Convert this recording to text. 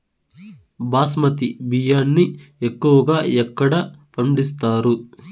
బాస్మతి బియ్యాన్ని ఎక్కువగా ఎక్కడ పండిస్తారు?